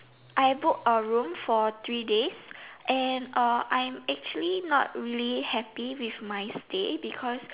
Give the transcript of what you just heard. I book a room for three days and I'm actually not really happy with my stay because